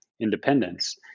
Independence